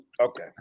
Okay